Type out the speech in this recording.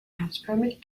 gasförmig